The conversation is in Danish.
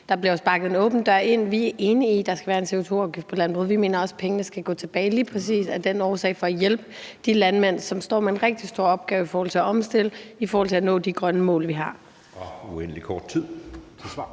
der bliver jo sparket en åben dør ind. Vi er enige i, at der skal være en CO2-afgift på landbruget, og vi mener også, at pengene skal gå tilbage lige præcis af den årsag, nemlig for at hjælpe de landmænd, som står med en rigtig stor opgave i forhold til at omstille til at nå de grønne mål, vi har.